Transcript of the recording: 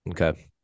Okay